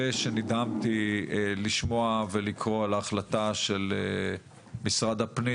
שנדהמתי לשמוע ולקרוא על ההחלטה של משרד הפנים